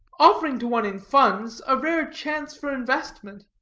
offering to one in funds a rare chance for investment.